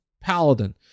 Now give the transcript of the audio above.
Paladin